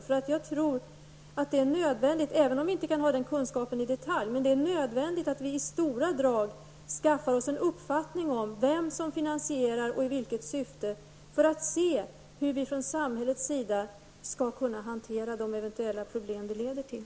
Vi behöver inte ha detaljkunskaper om detta, men jag tror att det är nödvändigt att vi i stora drag bildar oss en uppfattning om vem det är som finansierar verksamheten och om vad syftet är, för att på det sättet utröna hur de problem som kan bli följden skall hanteras från samhällets sida.